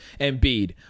Embiid